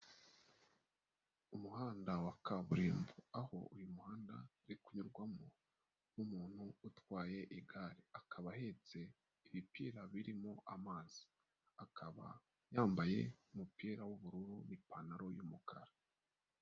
Umuhanda wa kaburimbo . Aho uyu muhanda uri kunyurwamo n'umuntu utwaye igare. Akaba ahetse ibipira birimo amazi. Akaba yambaye umupira w'ubururu n'ipantaro y'umukara.